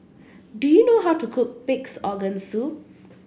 do you know how to cook Pig's Organ Soup